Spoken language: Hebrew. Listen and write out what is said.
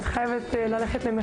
הולכים גם